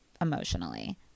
emotionally